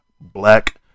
Black